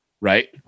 right